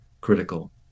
critical